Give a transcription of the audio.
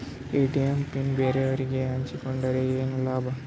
ATM pin ಬ್ಯಾರೆದವರಗೆ ಹಂಚಿಕೊಂಡರೆ ಏನು ಲಾಭ?